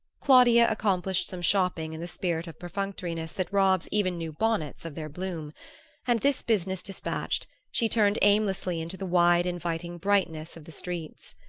claudia accomplished some shopping in the spirit of perfunctoriness that robs even new bonnets of their bloom and this business despatched, she turned aimlessly into the wide inviting brightness of the streets.